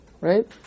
right